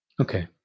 Okay